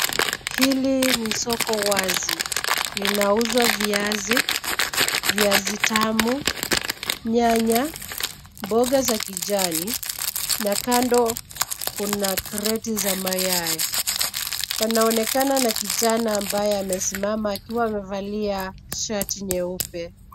Hili ni soko wazi. Linauzwa viazi, viazi tamu, nyanya, mboga za kijani na kando kuna kreti za mayai. Panaonekana na kijana ambaye amesimama akiwa amevalia shati nyeupe.